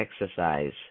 exercise